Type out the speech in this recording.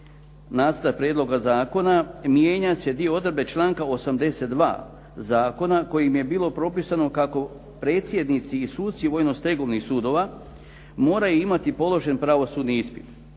Nacrta prijedloga zakona mijenjaju se dvije odredbe članka 82. zakona kojim je bilo propisano kako predsjednici i suci vojnostegovnih sudova moraju imati položen pravosudni ispit.